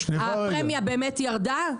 הפרמיה באמת ירדה?